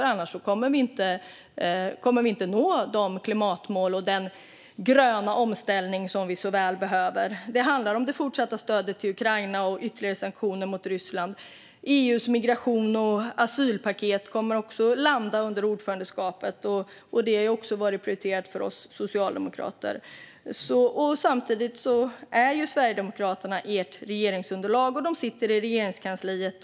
Annars kommer vi inte att nå de klimatmål och den gröna omställning som vi så väl behöver. Det handlar vidare om det fortsatta stödet till Ukraina och ytterligare sanktioner mot Ryssland. EU:s migrations och asylpaket kommer också att landa under ordförandeskapet, och det har ju varit prioriterat för oss socialdemokrater. Sverigedemokraterna är trots allt med i ert regeringsunderlag och sitter i Regeringskansliet.